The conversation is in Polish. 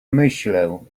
myślę